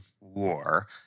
war